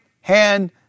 hand